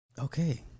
okay